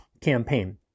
campaign